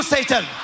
Satan